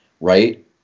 Right